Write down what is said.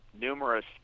numerous